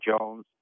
Jones